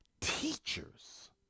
teachers